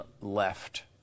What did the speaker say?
left